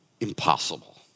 impossible